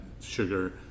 sugar